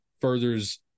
furthers